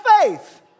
faith